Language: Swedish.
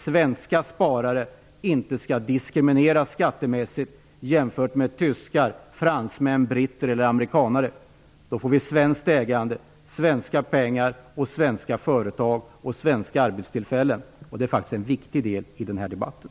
Svenska sparare skall inte diskrimineras skattemässigt jämfört med tyskar, fransmän, britter eller amerikaner. Då får vi svenskt ägande, svenska pengar och svenska företag och svenska arbetstillfällen. Det är faktiskt en viktig del i den här debatten.